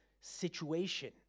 situation